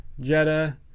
Jetta